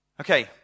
Okay